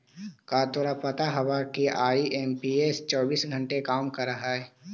का तोरा पता हवअ कि आई.एम.पी.एस चौबीस घंटे काम करअ हई?